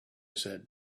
said